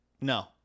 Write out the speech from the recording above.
No